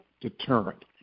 deterrent